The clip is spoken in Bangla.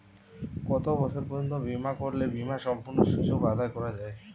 কত বছর পর্যন্ত বিমা করলে বিমার সম্পূর্ণ সুযোগ আদায় করা য়ায়?